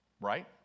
right